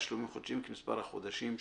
בתשלומים חודשיים כמספר החודשים שנדחו."